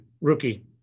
Rookie